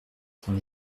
son